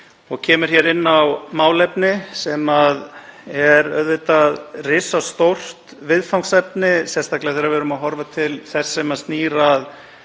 Hún kemur inn á málefni sem er auðvitað risastórt viðfangsefni, sérstaklega þegar við horfum til þess sem snýr að